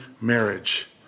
marriage